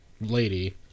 lady